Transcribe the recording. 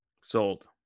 sold